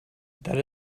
that